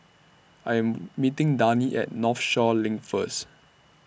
I Am meeting Dani At Northshore LINK First